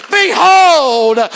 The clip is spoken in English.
behold